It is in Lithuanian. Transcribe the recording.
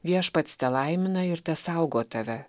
viešpats telaimina ir tesaugo tave